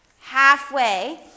Halfway